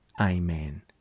Amen